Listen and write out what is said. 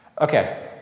Okay